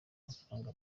amafaranga